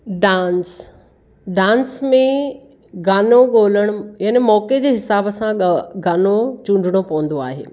dance dance में गानो ॻोल्हणु याने मौक़े जे हिसाब सां गानो चूंडिणो पवंदो आहे